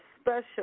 special